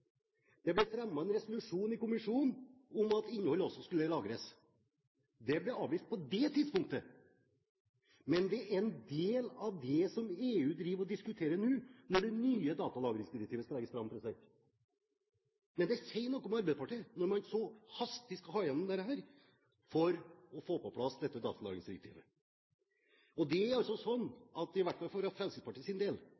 Det ble fremmet en resolusjon i kommisjonen om at innhold også skulle lagres. Det ble avvist på dét tidspunktet. Men det er en del av det som EU driver og diskuterer nå når det nye datadirektivet skal legges fram. Men det sier noe om Arbeiderpartiet når man så hastig skal ha igjennom dette for å få på plass datalagringsdirektivet. Det er altså